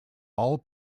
all